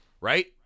right